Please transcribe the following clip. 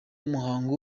umuhango